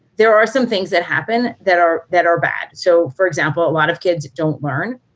there are some things that happen that are that are bad. so, for example, a lot of kids don't learn.